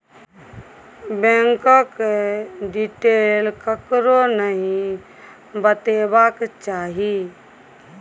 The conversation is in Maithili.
बैंकक डिटेल ककरो नहि बतेबाक चाही